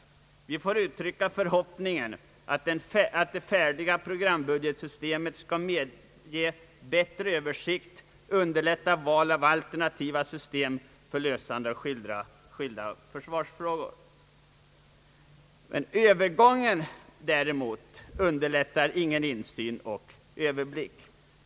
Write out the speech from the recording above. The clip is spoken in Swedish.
Låt mig uttrycka den förhoppningen att det färdiga programbudgetsystemet skall medge en bättre översikt och underlätta val av alternativa system för att lösa skilda försvarsproblem. Men övergångstiden till detta nya system underlättar däremot inte någon insyn eller överblick.